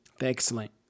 Excellent